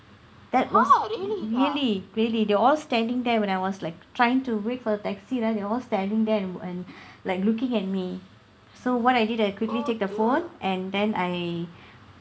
that was really really they were all standing there when I was like trying to wait for the taxi right they were all standing then and and like looking at me so what I did I quickly take the phone and then I